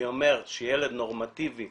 אני אומר שילד נורמטיבי